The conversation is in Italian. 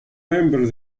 membro